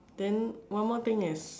then one more thing is